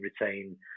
retain